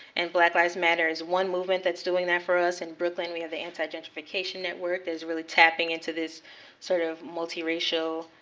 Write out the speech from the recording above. and black lives matter is one movement that's doing that for us. in brooklyn, we have the anti-gentrification network that's really tapping into this sort of multiracial